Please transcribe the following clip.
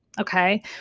Okay